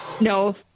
No